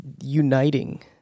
Uniting